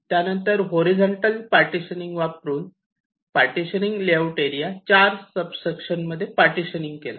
त्यानंतर हॉरिझॉन्टल वापरून partitioning layout area चार सब सेक्शनमध्ये पार्टिशन केला